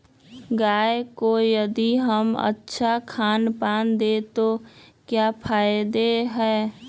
गाय को यदि हम अच्छा खानपान दें तो क्या फायदे हैं?